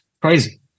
crazy